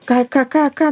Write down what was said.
ką ką ką ką